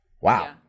Wow